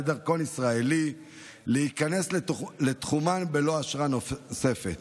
דרכון ישראלי להיכנס לתחומן בלא אשרה נוספת,